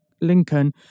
Lincoln